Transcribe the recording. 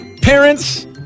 parents